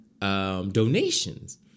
donations